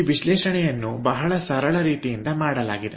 ಈ ವಿಶ್ಲೇಷಣೆಯನ್ನು ಬಹಳ ಸರಳ ರೀತಿಯಿಂದ ಮಾಡಲಾಗಿದೆ